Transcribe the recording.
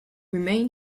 remain